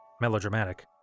melodramatic